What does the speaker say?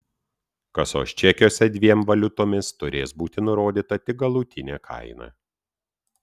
kasos čekiuose dviem valiutomis turės būti nurodyta tik galutinė kaina